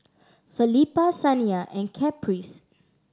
Felipa Saniyah and Caprice